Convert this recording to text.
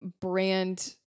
brand